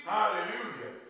Hallelujah